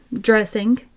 dressing